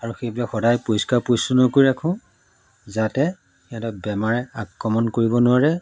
আৰু সেইবিলাক সদায় পৰিষ্কাৰ পৰিচ্ছন্ন কৰি ৰাখোঁ যাতে সিহঁতক বেমাৰে আক্ৰমণ কৰিব নোৱাৰে